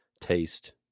taste